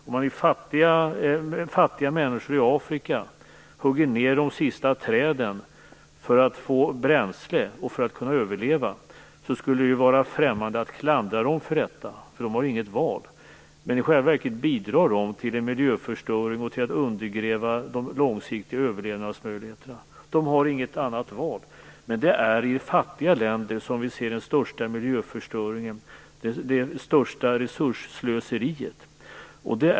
Om fattiga människor i Afrika hugger ned de sista träden för att få bränsle för att kunna överleva, skulle det vara främmande att klandra dem för detta, eftersom de inte har något val. Men i själva verket bidrar de till en miljöförstöring och ett undergrävande av de långsiktiga överlevnadsmöjligheterna. De har inget annat val. Men det är i fattiga länder som vi ser den största miljöförstöringen och det största resursslöseriet.